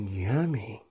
yummy